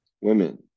women